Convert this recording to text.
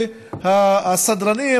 שהסדרנים,